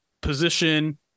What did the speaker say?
position